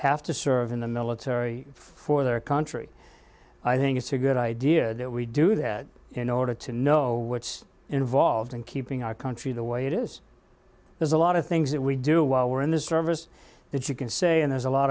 have to serve in the military for their country i think it's a good idea that we do that in order to know what's involved in keeping our country the way it is there's a lot of things that we do while we're in the service that you can say and there's a lot